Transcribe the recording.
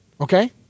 Okay